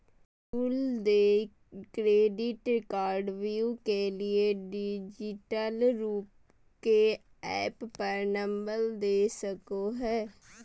कुल देय क्रेडिट कार्डव्यू के लिए डिजिटल रूप के ऐप पर नंबर दे सको हइ